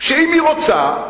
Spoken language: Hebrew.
שאם היא רוצה,